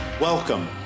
Welcome